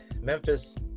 Memphis